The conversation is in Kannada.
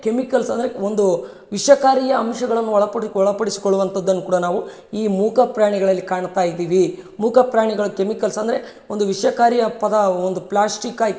ಕೆಮಿಕಲ್ಸ್ ಅಂದರೆ ಒಂದು ವಿಷಕಾರೀಯ ಅಂಶಗಳನ್ನು ಒಳಪಡಿ ಒಳಪಡಿಸಿಕೊಳ್ಳುವಂಥದ್ದನ್ನ ಕೂಡ ನಾವು ಈ ಮೂಕ ಪ್ರಾಣಿಗಳಲ್ಲಿ ಕಾಣ್ತಾ ಇದ್ದೀವಿ ಮೂಕ ಪ್ರಾಣಿಗಳು ಕೆಮಿಕಲ್ಸ್ ಅಂದರೆ ಒಂದು ವಿಷಕಾರೀಯ ಪದ ಒಂದು ಪ್ಲಾಸ್ಟಿಕ್ ಆಯ್ತು